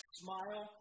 smile